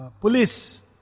police